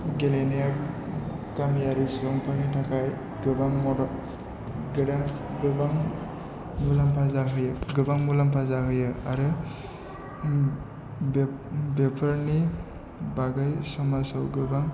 गेलेनाया गामियारि सुबुंफोरनि थाखाय गोबां मदद गोदान गोबां मुलामफा जाहोयो गोबां मुलामफा जाहोयो आरो बेफोरनि बागै समाजाव गोबां